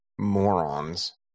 morons